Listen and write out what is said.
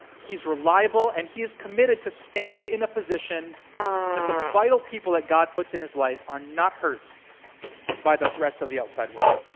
he's reliable, and he is committed to stand in a position that the vital people that god puts in his life are not hurt by the threats of the outside world.